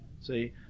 see